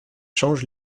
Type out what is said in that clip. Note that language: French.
change